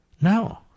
No